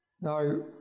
Now